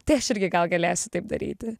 tai aš irgi gal galėsiu taip daryti